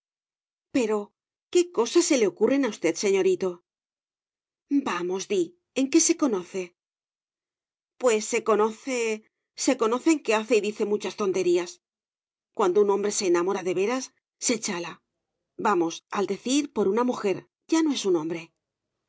pero qué cosas se le ocurren a usted señorito vamos di en qué se conoce pues se conoce se conoce en que hace y dice muchas tonterías cuando un hombre se enamora de veras se chala vamos al decir por una mujer ya no es un hombre